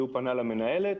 הוא פנה אל המינהלת,